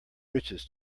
riches